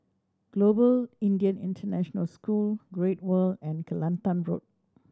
Global Indian International School Great World and Kelantan Road